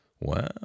Wow